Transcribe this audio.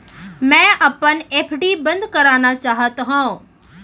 मै अपन एफ.डी बंद करना चाहात हव